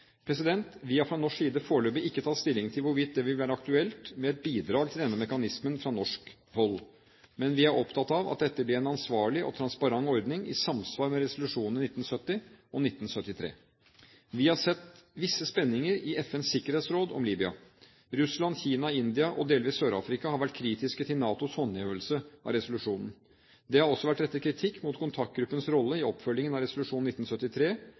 Vi har fra norsk side foreløpig ikke tatt stilling til hvorvidt det vil være aktuelt med et bidrag til denne mekanismen fra norsk hold, men vi er opptatt av at dette blir en ansvarlig og transparent ordning i samsvar med resolusjonene 1970 og 1973. Vi har sett visse spenninger i FNs sikkerhetsråd om Libya. Russland, Kina, India og delvis Sør-Afrika har vært kritiske til NATOs håndhevelse av resolusjonen. Det har også vært rettet kritikk mot kontaktgruppens rolle i oppfølgingen av resolusjonen 1973,